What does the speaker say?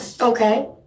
okay